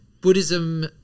Buddhism